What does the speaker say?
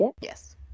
yes